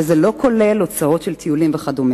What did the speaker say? וזה לא כולל הוצאות טיולים וכדומה.